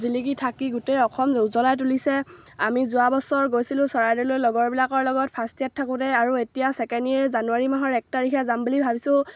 জিলিকি থাকি গোটেই অসম উজ্বলাই তুলিছে আমি যোৱা বছৰ গৈছিলোঁ চৰাইদেউলৈ লগৰবিলাকৰ লগত ফাৰ্ষ্ট ইয়াৰত থাকোঁতে আৰু এতিয়া ছেকেণ্ড ইয়েৰ জানুৱাৰী মাহৰ এক তাৰিখে যাম বুলি ভাবিছোঁ